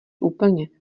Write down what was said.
úplně